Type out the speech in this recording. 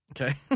Okay